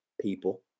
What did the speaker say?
people